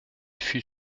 fut